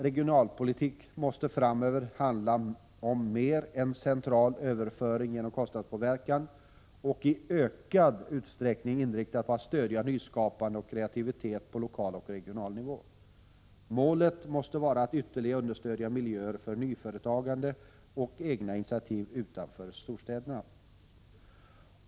Regionalpolitik måste framöver handla om mer än central överföring genom kostnadspåverkan och i ökad utsträckning inriktas på att stödja nyskapande och kreativitet på lokal och regional nivå. Målet måste vara att ytterligare understödja miljöer för nyföretagande och egna initiativ utanför storstäderna.